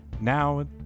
Now